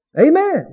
Amen